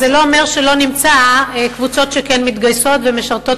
אז זה לא אומר שלא נמצא קבוצות שכן מתגייסות ומשרתות